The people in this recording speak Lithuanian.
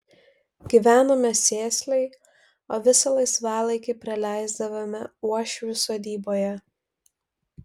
gyvenome sėsliai o visą laisvalaikį praleisdavome uošvių sodyboje